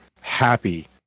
happy